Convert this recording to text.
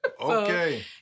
Okay